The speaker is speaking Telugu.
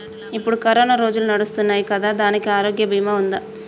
ఇప్పుడు కరోనా రోజులు నడుస్తున్నాయి కదా, దానికి ఆరోగ్య బీమా ఉందా?